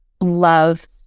love